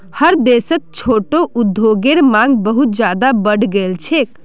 हर देशत छोटो उद्योगेर मांग बहुत ज्यादा बढ़ गेल छेक